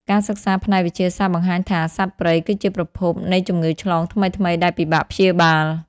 ការសិក្សាផ្នែកវិទ្យាសាស្ត្របង្ហាញថា សត្វព្រៃគឺជាប្រភពនៃជំងឺឆ្លងថ្មីៗដែលពិបាកព្យាបាល។